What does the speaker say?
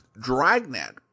Dragnet